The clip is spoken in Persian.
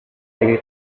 اگه